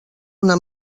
una